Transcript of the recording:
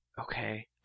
okay